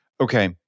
okay